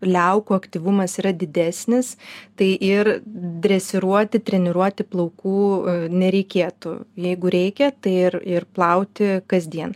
liaukų aktyvumas yra didesnis tai ir dresiruoti treniruoti plaukų nereikėtų jeigu reikia tai ir ir plauti kasdien